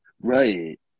Right